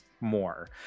more